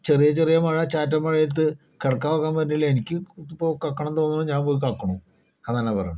ചെറിയ ചെറിയ മഴ ചാറ്റൽ മഴയത്ത് കിടക്കാൻ ഉറക്കം വരുന്നില്ല എനിക്ക് ഇപ്പോൾ കക്കണം തോന്നുമ്പോൾ ഞാൻ പോയി കക്കുന്നു അതാണ് പറയുന്നത്